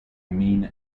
mean